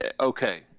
Okay